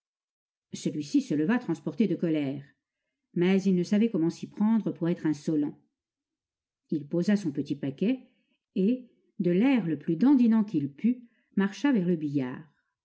celui-ci se leva transporté de colères mais il ne savait comment s'y prendre pour être insolent il posa son petit paquet et de l'air le plus dandinant qu'il put marcha vers le billard